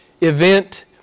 event